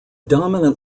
dominant